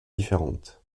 différentes